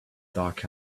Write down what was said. dark